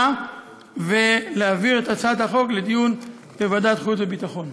ולהעביר אותה לדיון בוועדת החוץ והביטחון.